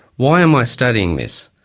why am i studying this?